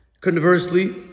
Conversely